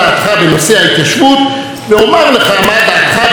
ואומר לך מה דעתך בנושא בית המשפט העליון,